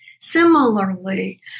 Similarly